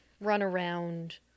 run-around